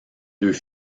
deux